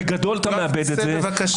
בגדול אתה מאבד את זה.